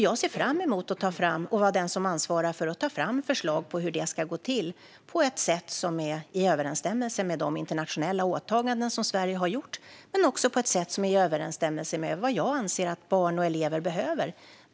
Jag ser fram emot att vara den som ansvarar för att ta fram förslag på hur det ska gå till på ett sätt som är i överensstämmelse med de internationella åtaganden som Sverige har gjort men också på ett sätt som är i överensstämmelse med vad jag anser att barn och elever behöver.